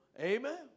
amen